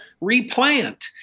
replant